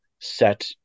set